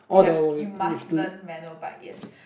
you have you must learn manual bike yes